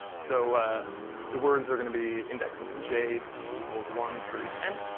so the words are going to be indexed, j equals one through n,